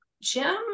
Jim